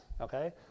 okay